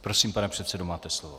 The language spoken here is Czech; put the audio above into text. Prosím, pane předsedo, máte slovo.